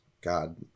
God